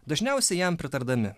dažniausiai jam pritardami